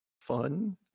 fun